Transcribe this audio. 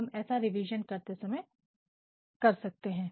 हम ऐसा रीविज़न करते समय कर सकते हैं